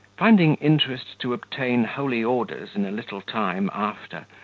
finding interest to obtain holy orders in a little time after,